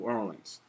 Orleans